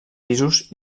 pisos